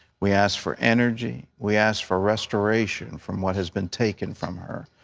we ask for energy. we ask for restoration from what has been taken from her.